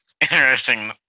interesting